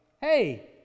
hey